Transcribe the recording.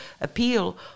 appeal